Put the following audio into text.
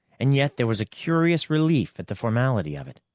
and yet there was a curious relief at the formality of it.